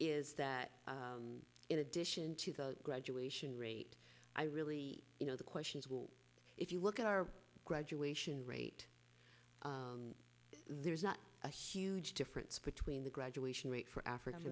is that in addition to the graduation rate i really you know the question is well if you look at our graduation rate there's not a huge difference between the graduation rate for african